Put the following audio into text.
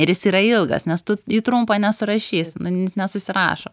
ir jis yra ilgas nes tu į trumpą nesurašysi nu nes nesusirašo